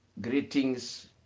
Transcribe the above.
greetings